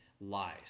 lies